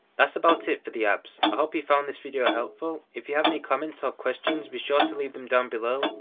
that's about it for the apps, i hope you found this video helpful. if you have any comments or questions be sure to leave them down below,